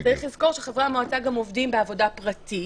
צריך לזכור שחברי המועצה גם עובדים בעבודה פרטית,